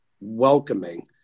welcoming